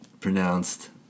pronounced